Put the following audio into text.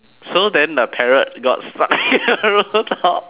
so then the parrot got stuck in the rooftop